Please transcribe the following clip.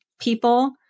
people